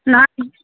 نہَ